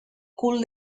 cul